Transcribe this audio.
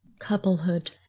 couplehood